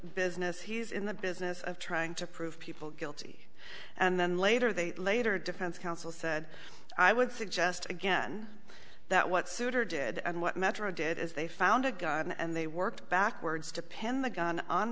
business he's in the business of trying to prove people guilty and then later they later defense counsel said i would suggest again that what souter did and what metro did is they found a gun and they worked backwards to pin the gun on